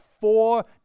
four